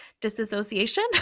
disassociation